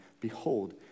Behold